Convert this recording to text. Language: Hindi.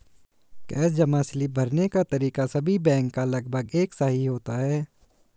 कैश जमा स्लिप भरने का तरीका सभी बैंक का लगभग एक सा ही होता है